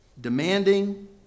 demanding